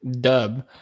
dub